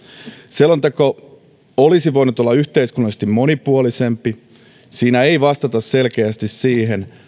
selonteko olisi voinut olla yhteiskunnallisesti monipuolisempi siinä ei vastata selkeästi siihen